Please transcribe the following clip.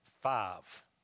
Five